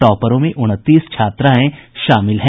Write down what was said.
टॉपरों में उनतीस छात्राएं शामिल हैं